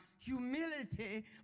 humility